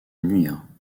nuire